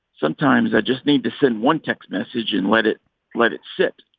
sometimes i just need to send one text message and let it let it sit.